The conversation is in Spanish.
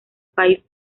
país